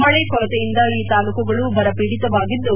ಮಳೆ ಕೊರತೆಯಿಂದ ಈ ತಾಲೂಕುಗಳು ಬರಪೀಡಿತವಾಗಿದ್ದು